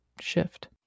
shift